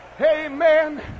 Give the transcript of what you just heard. amen